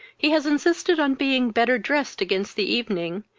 he has insisted on being better dressed against the evening,